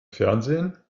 fernsehen